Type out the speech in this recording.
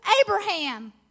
Abraham